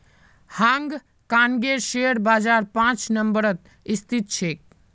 हांग कांगेर शेयर बाजार पांच नम्बरत स्थित छेक